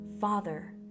Father